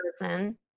person